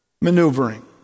maneuvering